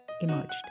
emerged